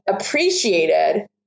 appreciated